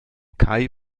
kai